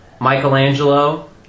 Michelangelo